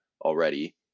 already